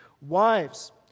Wives